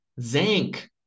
zinc